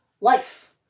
Life